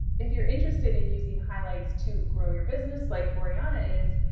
if you're interested in using highlights to grow your business like oriana is,